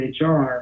HR